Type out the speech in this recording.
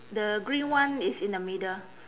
the green one is in the middle